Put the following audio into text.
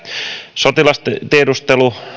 sotilastiedustelu